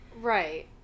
right